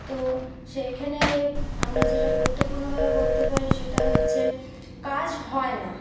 তো সেইখানে আমরা যেটা গুরুত্বপূর্ণভাবে বলতে পারি সেটা হচ্ছে কাজ হয় না